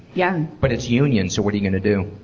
yeah. but it's union, so what are you going to do.